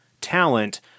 talent